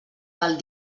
del